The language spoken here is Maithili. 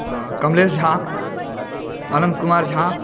कमलेश झा अनन्त कुमार झा